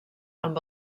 amb